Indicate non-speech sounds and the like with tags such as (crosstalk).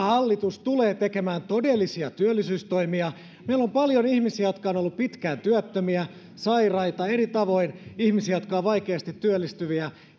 (unintelligible) hallitus tulee tekemään todellisia työllisyystoimia meillä on paljon ihmisiä jotka ovat olleet pitkään työttömiä sairaita eri tavoin ihmisiä jotka ovat vaikeasti työllistyviä